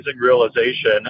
realization